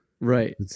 right